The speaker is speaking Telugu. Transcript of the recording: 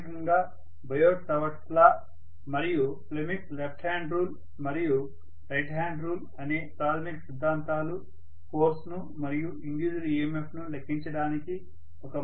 ప్రాథమికంగా బయోట్ సెవొర్ట్స్లా మరియు ఫ్లెమింగ్ లెఫ్ట్ హ్యాండ్ రూల్ మరియు రైట్ హ్యాండ్ రూల్ అనే ప్రాథమిక సిద్ధాంతాలు ఫోర్స్ ను మరియు ఇండ్యూస్డ్ EMFను లెక్కించడానికి ఒక మార్గాన్ని ఇస్తాయి